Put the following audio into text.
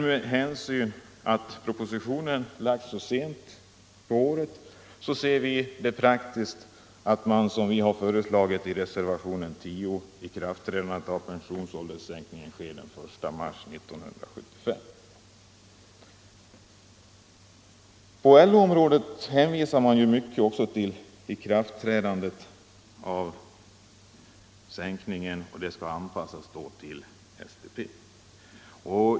Med hänsyn till att denna motion har lagts så sent på året anser vi det emellertid praktiskt att, såsom vi föreslagit i reservationen 10, låta pensionsålderssänkningen träda i kraft den 1 mars 1975. Man hänvisar också till att ikraftträdandet av pensionsålderssänkningen på LO-området skall anpassas till STP.